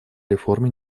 реформе